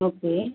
okay